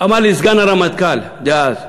אמר לי סגן הרמטכ"ל דאז,